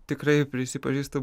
tikrai prisipažįstu